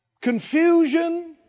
Confusion